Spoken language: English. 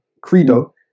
credo